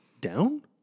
down